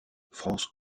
france